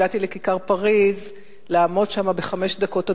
הגעתי לכיכר פריס לעמוד שם בחמש דקות הדומייה.